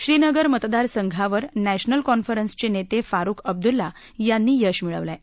श्रीनगर मतदारसंघावर नॅशनल कॉन्फरन्सचे नेते फारुख अब्दुल्ला यांनी यश मिळवलं आहे